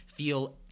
Feel